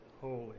holy